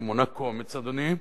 שהיא מונה קומץ, אדוני,